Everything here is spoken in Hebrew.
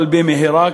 אבל במהרה,